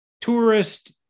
tourist